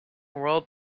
world